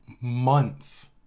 months